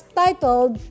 titled